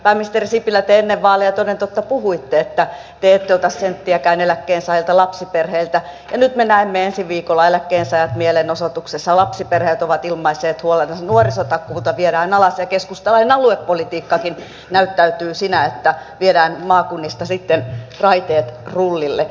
pääministeri sipilä te ennen vaaleja toden totta puhuitte että te ette ota senttiäkään eläkkeensaajilta lapsiperheiltä ja nyt me näemme ensi viikolla eläkkeensaajat mielenosoituksessa lapsiperheet ovat ilmaisseet huolensa nuorisotakuuta viedään alas ja keskustalainen aluepolitiikkakin näyttäytyy siinä että viedään maakunnista sitten raiteet rullille